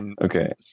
Okay